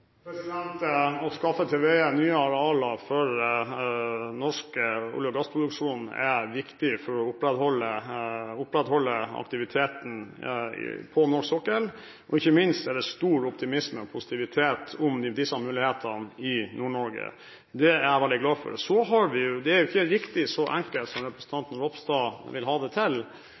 Å skaffe til veie nye arealer for norsk olje- og gassproduksjon er viktig for å opprettholde aktiviteten på norsk sokkel, ikke minst er det stor optimisme og positivitet om disse mulighetene i Nord-Norge. Det er jeg veldig glad for. Det er ikke riktig så enkelt som representanten Ropstad vil ha det til.